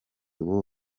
ubu